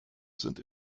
sind